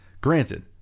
Granted